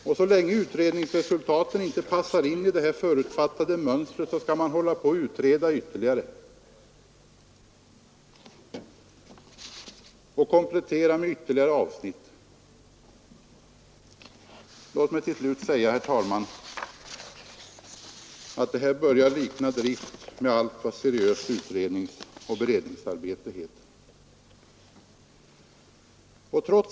Och så länge utredningsresultaten inte passar in i dessa förutfattade mönster, så skall man hålla på och utreda ytterligare och komplettera med ytterligare avsnitt. Låt mig till slut säga, herr talman, att det börjar likna drift med allt vad seriöst utredningsoch beredningsarbete heter.